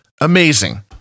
Amazing